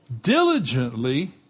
diligently